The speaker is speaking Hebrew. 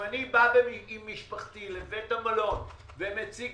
אם אני בא עם משפחתי לבית המלון ומציג